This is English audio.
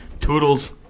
Toodles